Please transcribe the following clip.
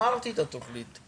אמרתי את התכנית.